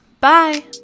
Bye